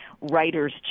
writer's